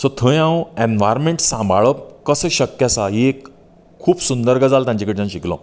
so थंय हांव environment साबांळप कशें शक्य आसा ही एक खूब सुंदर गजाल तांचे कडच्यान शिकलो